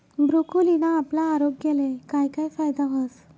ब्रोकोलीना आपला आरोग्यले काय काय फायदा व्हस